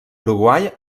uruguai